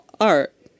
art